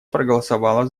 проголосовала